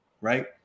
right